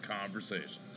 conversations